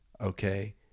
Okay